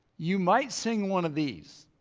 you might sing one of these.